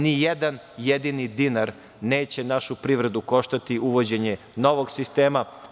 Ni jedan jedini dinar neće našu privredu koštati uvođenje novog sistema.